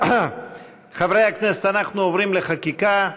חברי הכנסת, אנחנו עוברים לחקיקה.